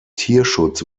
tierschutz